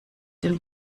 den